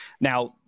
Now